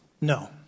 No